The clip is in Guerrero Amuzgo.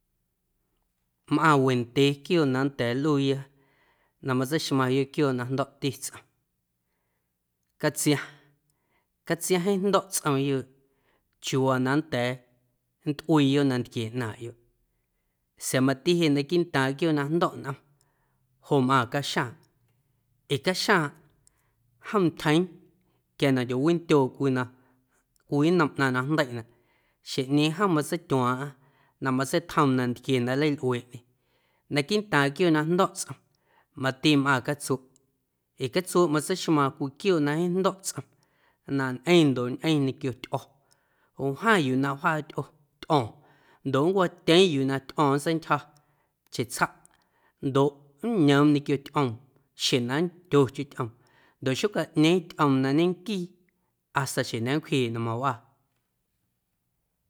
Mꞌaⁿ wendyee quiooꞌ na nnda̱a̱ nlꞌuuya na matseixmaⁿyoꞌ quiooꞌ na jndo̱ꞌti tsꞌom catsiaⁿ, catsiaⁿ jeeⁿ jndo̱ꞌ tsꞌomyoꞌ chiuuwaa na nnda̱a̱ nntꞌuiiyoꞌ nantquie ꞌnaaⁿꞌyoꞌ sa̱a̱ mati jeꞌ naquiiꞌntaaⁿ quiooꞌ na jndo̱ꞌ nꞌom joꞌ mꞌaaⁿ caxjaaⁿꞌ ee caxjaaⁿꞌ jom ntyjeeⁿ quia na nndyowindyooꞌ cwii nnom ꞌnaⁿ na jndeiꞌnaꞌ xeⁿꞌñeeⁿ jom matseityuaaⁿꞌaⁿ na matseitjoom nantquie na nleilꞌueeꞌñe naquiiꞌntaaⁿ quiooꞌ na jndo̱ꞌ tsꞌom mati mꞌaaⁿ catsueꞌ ee catsueꞌ matseixmaaⁿ cwii quiooꞌ na jeeⁿ jndo̱ꞌ tsꞌom na ñꞌeⁿ ndoꞌ ñꞌeⁿ ñequio tyꞌo̱ⁿ wjaⁿ yuu na wjaa tyꞌo, tyꞌo̱o̱ⁿ ndoꞌ nncwatyeeⁿ yuu na tyꞌo̱ⁿ ntseintyja chetsjaꞌ ndoꞌ nñoom ñequio tyꞌoom xjeⁿ na nndyocheⁿ tyꞌoom ndoꞌ xocaꞌñeeⁿ tyꞌoom na ñenquii hasta xjeⁿ na nncwjeeꞌ na mawꞌaa.